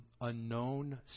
unknown